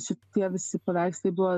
šitie visi paveikslai buvo